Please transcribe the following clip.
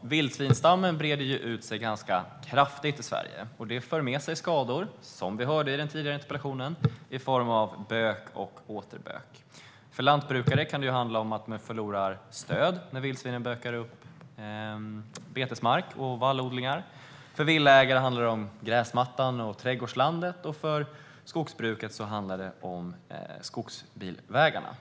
Vildsvinsstammen breder ut sig ganska kraftigt i Sverige. Det för med sig skador, som vi hörde i den tidigare interpellationsdebatten, i form av bök och återbök. För lantbrukare kan det handla om att de förlorar stöd när vildsvinen bökar upp betesmark och vallodlingar. För villaägare handlar det om gräsmattan och trädgårdslandet. Och för skogsbruket handlar det om skogsbilvägarna.